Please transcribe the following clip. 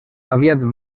aviat